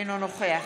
אינו נוכח